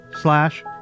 slash